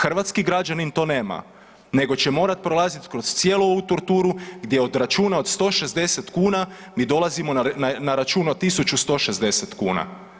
Hrvatski građanin to nema, nego će morati prolaziti kroz cijelu ovu torturu gdje od računa od 160 kuna mi dolazimo na račun od 1.160 kuna.